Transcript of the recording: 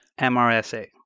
MRSA